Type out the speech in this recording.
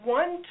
one